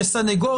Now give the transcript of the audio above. תאמרו לי,